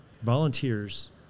volunteers